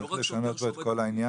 צריך לשנות פה את כל העניין,